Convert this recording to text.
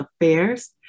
Affairs